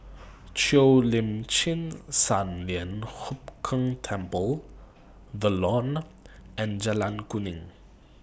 Cheo Lim Chin Sun Lian Hup Keng Temple The Lawn and Jalan Kuning